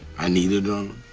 i need a